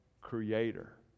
creator